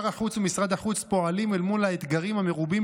שר החוץ ומשרד החוץ פועלים אל מול האתגרים המרובים